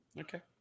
Okay